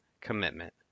Commitment